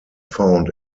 found